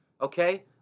okay